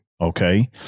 okay